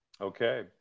Okay